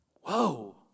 Whoa